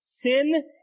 sin